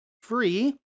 free